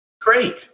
Great